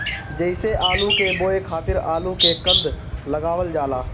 जइसे आलू के बोए खातिर आलू के कंद लगावल जाला